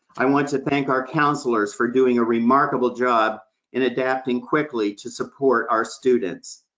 i want to thank our counselors for doing a remarkable job in adapting quickly to support our students.